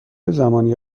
زمانی